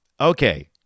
okay